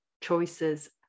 choices